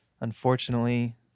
Unfortunately